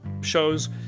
shows